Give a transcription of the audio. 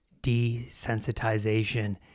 desensitization